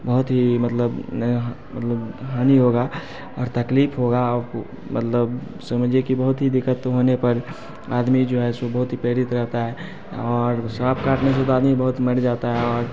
बहुत ही मतलब मतलब हानि होगा और तकलीफ होगा आप मतलब समझिए की बहुत ही दिक्कत होने पर आदमी जो है सो बहुत ही पीड़ित रहता है और साँप काटने से तो आदमी बहुत मर जाता है और